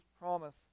promise